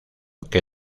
que